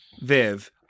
Viv